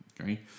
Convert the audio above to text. okay